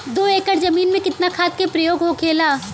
दो एकड़ जमीन में कितना खाद के प्रयोग होखेला?